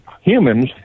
Humans